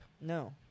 No